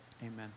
amen